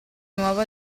nuovo